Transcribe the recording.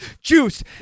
Juice